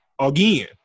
Again